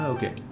Okay